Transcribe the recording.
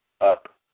up